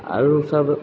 आओर सब